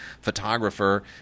photographer